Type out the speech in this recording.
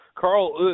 Carl